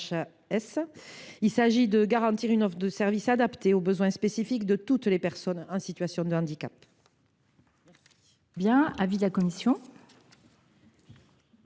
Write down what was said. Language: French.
de santé, pour garantir une offre de service adaptée aux besoins spécifiques de toutes les personnes en situation de handicap.